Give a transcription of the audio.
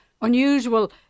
unusual